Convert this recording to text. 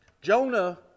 Jonah